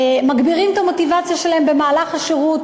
מגבירים את המוטיבציה שלהם במהלך השירות